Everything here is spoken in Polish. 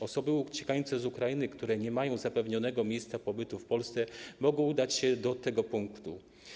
Osoby uciekające z Ukrainy, które nie mają zapewnionego miejsca pobytu w Polsce, mogą udać się do tego punktu.